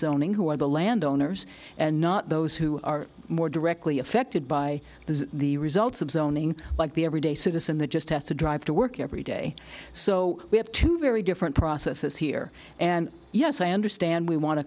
zoning who are the landowners and not those who are more directly affected by the the results of zoning like the everyday citizen that just has to drive to work every day so we have two very different processes here and yes i understand we want to